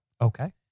Okay